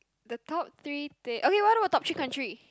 the top three thing okay what about top three country